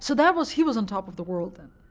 so that was he was on top of the world then.